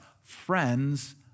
friends